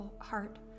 heart